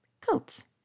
coats